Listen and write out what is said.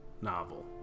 novel